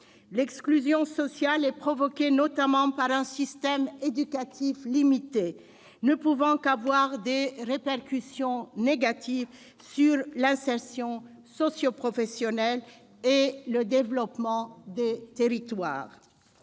L'exclusion sociale est provoquée notamment par un système éducatif limité, dont les répercussions ne peuvent être que négatives sur l'insertion socioprofessionnelle et le développement des territoires.